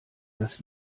das